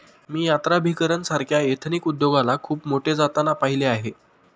मी यात्राभिकरण सारख्या एथनिक उद्योगाला खूप पुढे जाताना पाहिले आहे